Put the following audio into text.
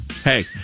Hey